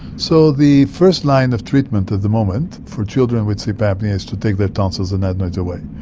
so the first line of treatment at the moment for children with sleep apnoea is to take their tonsils and adenoids away.